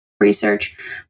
research